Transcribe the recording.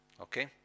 okay